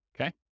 Okay